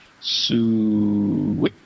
Sue